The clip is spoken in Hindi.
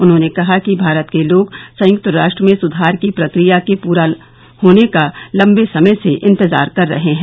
उन्होंने कहा कि भारत के लोग संयुक्त राष्ट्र में सुधार की प्रक्रिया के पूरा होने का लम्बे समय से इंतजार कर रहे हैं